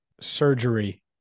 surgery